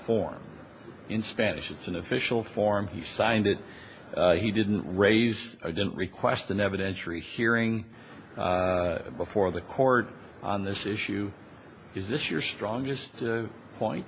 form in spanish it's an official form he signed it he didn't raise a didn't request an evidentiary hearing before the court on this issue is this your strongest point